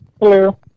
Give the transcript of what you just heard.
Hello